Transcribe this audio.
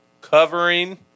covering